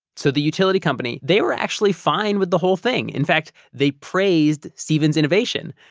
so the utility company, they were actually fine with the whole thing. in fact, they praised steven's innovation,